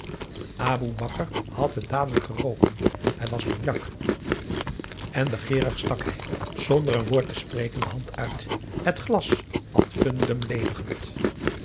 aboe bakar had het dadelijk geroken het was cognac en begeerig stak hij zonder een woord te spreken de hand uit het glas ad fundum ledigend